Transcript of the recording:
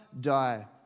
die